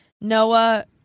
Noah